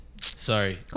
Sorry